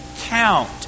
count